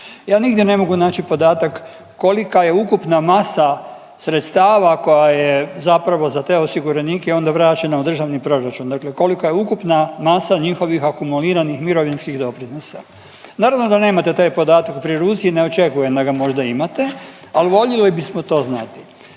Ja nigdje ne mogu naći podatak kolika je ukupna masa sredstava koja je zapravo za te osiguranike onda vraćena u Državni proračun. Dakle, kolika je ukupna masa njihovih akumuliranih mirovinskih doprinosa? Naravno da nemate taj podatak pri ruci i ne očekujem da ga možda imate, ali voljeli bismo to znati.